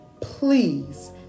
please